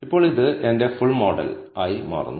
ഇപ്പോൾ ഇത് എന്റെ ഫുൾ മോഡൽ ആയി മാറുന്നു